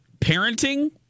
parenting